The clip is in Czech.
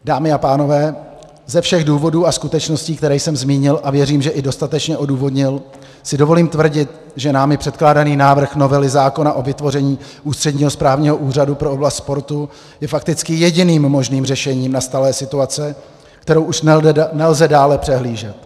Dámy a pánové, ze všech důvodů a skutečností, které jsem zmínil, a věřím, že i dostatečně odůvodnil, si dovolím tvrdit, že námi předkládaný návrh novely zákona o vytvoření ústředního správního úřadu pro oblast sportu je fakticky jediným možným řešením nastalé situace, kterou už nelze dále přehlížet.